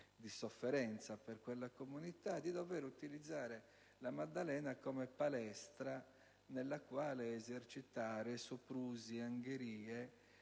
di sofferenza per quella comunità, di dover utilizzare la Maddalena come palestra nella quale esercitare soprusi e angherie